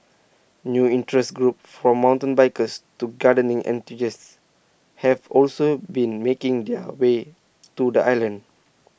new interest groups from mountain bikers to gardening enthusiasts have also been making their way to the island